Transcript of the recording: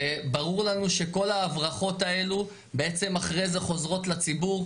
ברור לנו שכל ההברחות האלו בעצם אחרי זה חוזרות לציבור,